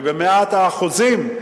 ובמאת האחוזים,